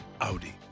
Audi